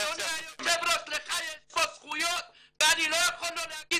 אדוני היושב ראש לך יש פה זכויות ואני לא יכול לא להגיד ש-